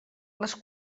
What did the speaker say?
les